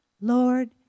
Lord